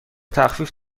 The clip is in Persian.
تخفیف